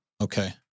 Okay